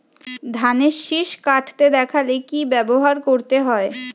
ধানের শিষ কাটতে দেখালে কি ব্যবহার করতে হয়?